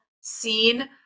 seen